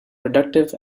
productive